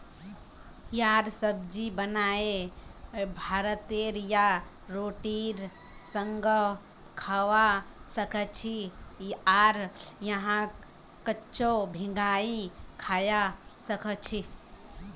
यहार सब्जी बनाए भातेर या रोटीर संगअ खाबा सखछी आर यहाक कच्चो भिंगाई खाबा सखछी